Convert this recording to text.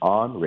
on